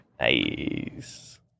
nice